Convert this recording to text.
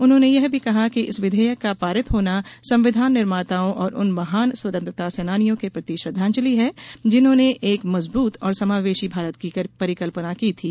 उन्होंने कहा कि इस विधेयक का पारित होना संविधान निर्माताओं और उन महान स्वंतंत्रता सेनानियों के प्रति श्रद्वांजलि है जिन्होंने एक मजबूत और समावेशी भारत की परिकल्पना की थी